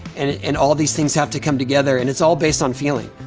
and all these things have to come together, and it's all based on feeling.